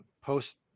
post